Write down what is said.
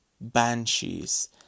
banshees